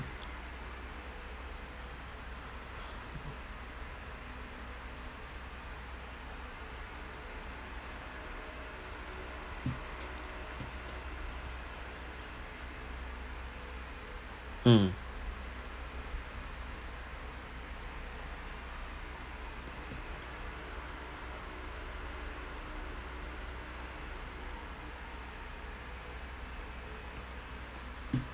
um